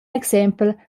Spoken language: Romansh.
exempel